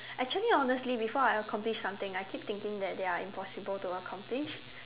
actually honestly before I accomplish something I keep thinking that they are impossible to accomplish